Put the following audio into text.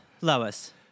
Lois